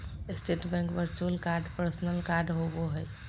state Bank virtual card personal card होबो हइ